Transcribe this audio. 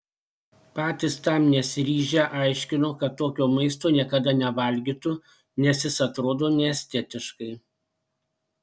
patys tam nesiryžę aiškino kad tokio maisto niekada nevalgytų nes jis atrodo neestetiškai